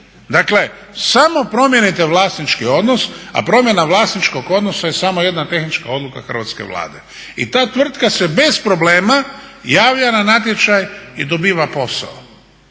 Dakle, samo promijeniti vlasnički odnos a promjena vlasničkog odnosa je samo jedna tehnička odluka Hrvatske vlade. I ta tvrtka se bez problema javlja na natječaj i dobiva posao